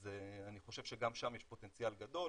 אז אני חושב שגם שם יש פוטנציאל גדול,